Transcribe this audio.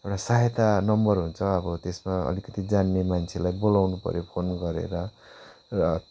एउटा सहायता नम्बर हुन्छ अब त्यसमा अलिकति जान्ने मान्छेलाई बोलाउनुपर्यो फोन गरेर र